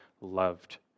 loved